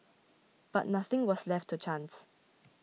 but nothing was left to chance